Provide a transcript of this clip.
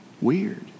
weird